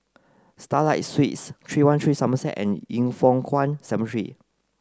Starlight Suites three one three Somerset and Yin Foh Kuan Cemetery